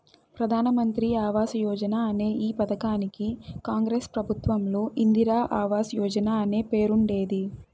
ప్రధాన్ మంత్రి ఆవాస్ యోజన అనే ఈ పథకానికి కాంగ్రెస్ ప్రభుత్వంలో ఇందిరా ఆవాస్ యోజన అనే పేరుండేది